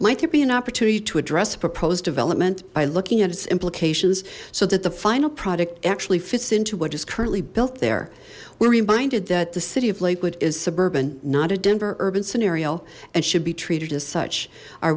there be an opportunity to address the proposed development by looking at its implications so that the final product actually fits in to what is currently built there we're reminded that the city of lakewood is suburban not a denver urban scenario and should be treated as such our